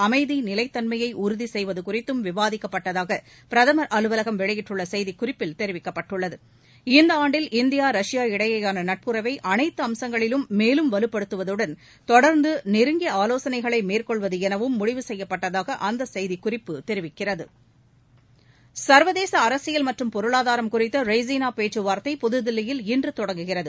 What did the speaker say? அமைதி நிலைத்தன்மையை உறுதி செய்வது குறித்தும் விவாதிக்கப்பட்டதாக பிரதமர் அலுவலகம் வெளியிட்டுள்ள செய்திக்கறிப்பில் தெரிவிக்கப்பட்டுள்ளது இந்த ஆண்டில் இந்தியா ரஷ்யா இடையேயான நட்புறவை அனைத்து அம்சங்களிலும் மேலும் வலுப்படுத்துவதுடன் தொடர்ந்து நெருங்கிய ஆலோசனைகளை மேற்கொள்வது எனவும் முடிவு செய்யப்பட்டதாக அந்த செய்திக்குறிப்பு தெரிவிக்கிறது சர்வதேச அரசியல் மற்றும் பொருளாதாரம் குறித்த ரெய்சினா பேச்சுவார்த்தை புதுதில்லியில் இன்று தொடங்குகிறது